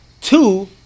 two